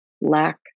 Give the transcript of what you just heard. lack